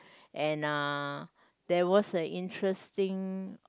and uh there was a interesting